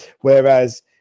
whereas